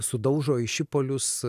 sudaužo į šipulius